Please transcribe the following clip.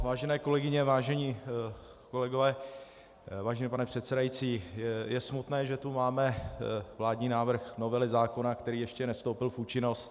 Vážené kolegyně, vážení kolegové, vážený pane předsedající, je smutné, že tu máme vládní návrh novely zákona, který ještě nevstoupil v účinnost.